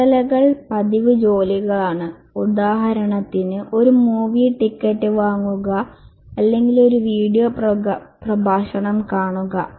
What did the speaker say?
ചുമതലകൾ പതിവ് ജോലികളാണ് ഉദാഹരണത്തിന് ഒരു മൂവി ടിക്കറ്റ് വാങ്ങുക അല്ലെങ്കിൽ ഒരു വീഡിയോ പ്രഭാഷണം കാണുക